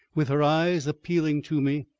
with her eyes appealing to me,